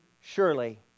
surely